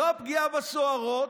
לא הפגיעה בסוהרות,